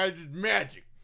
Magic